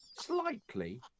Slightly